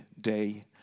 day